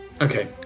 okay